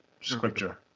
scripture